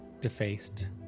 defaced